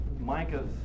Micah's